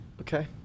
Okay